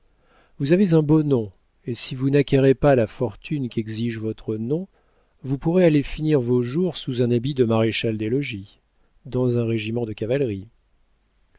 vous avez un beau nom et si vous n'acquérez pas la fortune qu'exige votre nom vous pourrez aller finir vos jours sous un habit de maréchal-des-logis dans un régiment de cavalerie